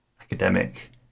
academic